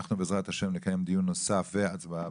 בעזרת ה' נקיים דיון נוסף והצבעה.